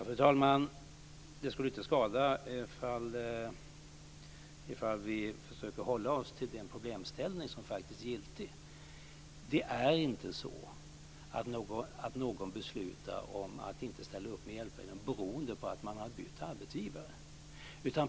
Fru talman! Det skulle inte skada om vi försöker hålla oss till den problemställning som faktiskt är giltig. Det är inte så att någon beslutar om att inte ställa upp med hjälpmedel på grund av ett byte av arbetsgivare.